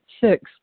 six